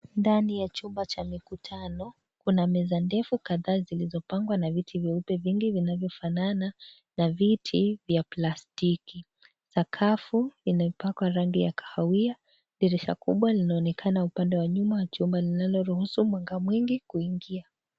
Ndani ya chumba cha mikutano kuna meza ndefu, na viti vyeupe vingi vinavyofanana na viti vya plastiki, sakafu imepakwa rangi ya kahawia, dirisha kubwa linaonekana upande wa nyuma linaloruhusu mwanga mwingi kuingia.